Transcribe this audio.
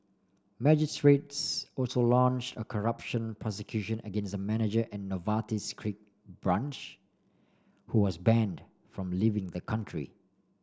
magistrates also launch a corruption prosecution against a manager at Novartis's Greek branch who was banned from leaving the country